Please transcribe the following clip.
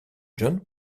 john